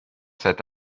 cet